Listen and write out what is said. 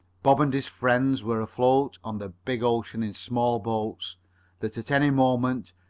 bob and his friends were afloat on the big ocean in small boats that, at any moment,